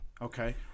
Okay